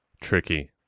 Tricky